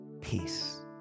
peace